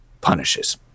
punishes